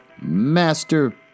master